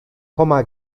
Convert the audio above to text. komma